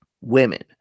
women